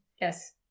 Yes